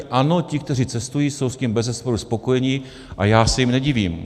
Ano, ti, kteří cestují, jsou s tím bezesporu spokojeni a já se jim nedivím.